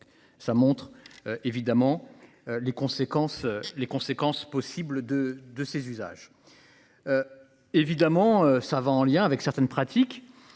les conséquences. Les conséquences possibles de de ses usages. Évidemment ça va en lien avec certaines pratiques,